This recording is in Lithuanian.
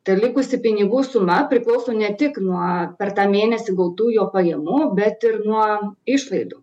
ta likusi pinigų suma priklauso ne tik nuo per tą mėnesį gautų jo pajamų bet ir nuo išlaidų